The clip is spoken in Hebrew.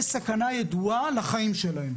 יש סכנה ידועה לחיים שלהם.